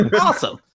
Awesome